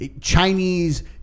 Chinese